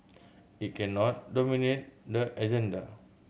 it cannot dominate the agenda